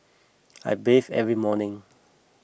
I bathe every morning